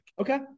Okay